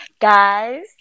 Guys